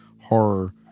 horror